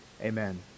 amen